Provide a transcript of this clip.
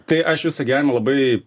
tai aš visą gyvenimą labai